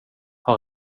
har